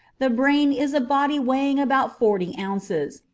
the brain is a body weighing about forty ounces,